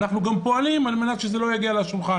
ואנחנו גם פועלים על מנת שזה לא יגיע לשולחן.